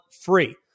free